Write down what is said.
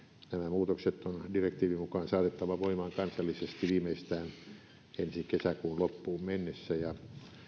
muutokset on direktiivin mukaan saatettava voimaan kansallisesti viimeistään ensi kesäkuun loppuun mennessä tämä valiokunnan